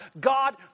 God